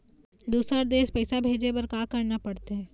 दुसर देश पैसा भेजे बार का करना पड़ते?